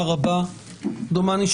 לצד כמובן עוד הרבה מאוד סעיפים של הצעת החוק,